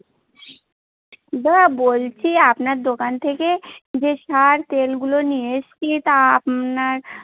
দাদা বলছি আপনার দোকান থেকে যে সার তেলগুলো নিয়ে এসছি তা আপনার